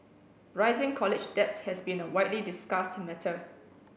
rising college debt has been a widely discussed matter